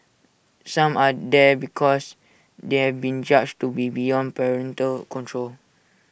some are there because they have been judged to be beyond parental control